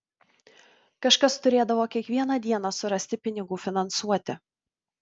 kažkas turėdavo kiekvieną dieną surasti pinigų finansuoti